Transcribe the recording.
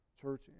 church